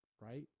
right